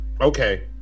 Okay